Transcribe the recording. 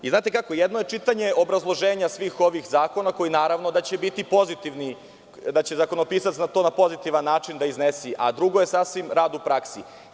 Znate kako, jedno je čitanje obrazloženja svih ovih zakona, koji naravno da će biti pozitivni, da će zakonopisac to na pozitivan način da iznese, a drugo je sasvim u praksi.